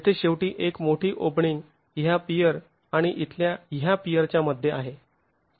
तेथे शेवटी एक मोठी ओपनिंग ह्या पियर आणि इथल्या ह्या पियरच्या मध्ये आहे